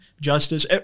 justice